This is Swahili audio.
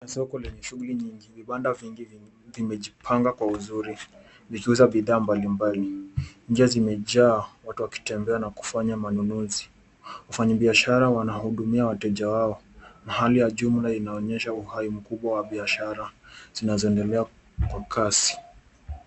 Soko lenye shughuli nyingi. Vibanda vingi vimejipanga kwa uzuri, vikiuza bidhaa mbalimbali. Nje zimejaa, watu waki tembea na kufanya manunuzi. Wafanyi biashara wanahudumia wateja wao. Hali ya jumla inaonyesha uhai mkubwa wa biashara zinazoendelea kwa kasi.